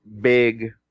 big